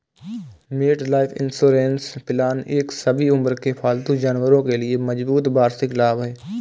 MetLife insurance plan एक सभी उम्र के पालतू जानवरों के लिए मजबूत वार्षिक लाभ है